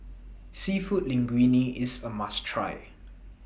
Seafood Linguine IS A must Try